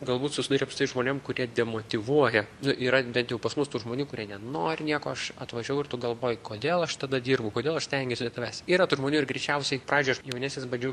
galbūt susiduria su tais žmonėm kurie demotyvuoja žinot yra bent jau pas mus tų žmonių kurie nenori nieko aš atvažiavau ir tu galvoji kodėl aš tada dirbu kodėl aš stengiuosi tavęs yra tų žmonių ir greičiausiai pradžioj aš jaunesnis bandžiau